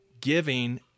giving